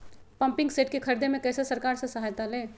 Pumping set के ख़रीदे मे कैसे सरकार से सहायता ले?